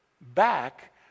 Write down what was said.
back